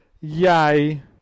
Yay